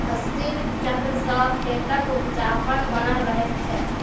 फसिल चक्र सॅ खेतक उपजाउपन बनल रहैत छै